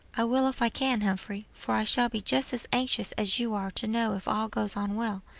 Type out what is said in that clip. i will if i can, humphrey, for i shall be just as anxious as you are to know if all goes on well.